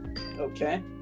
Okay